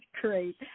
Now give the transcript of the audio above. great